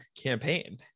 campaign